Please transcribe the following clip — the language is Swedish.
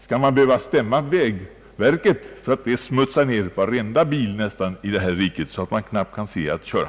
Skall man behöva stämma vägverket för att det smutsar ned varenda bil i det här riket så att man knappt kan se att köra.